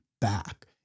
back